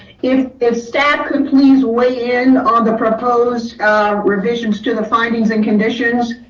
if the staff completes weigh in on the proposed revisions to the findings and conditions.